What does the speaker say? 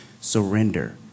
surrender